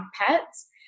pets